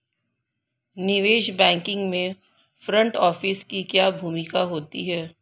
निवेश बैंकिंग में front office की क्या भूमिका होती है?